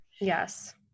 Yes